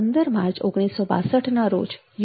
15 માર્ચ ૧૯૬૨ના રોજ યુ